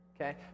Okay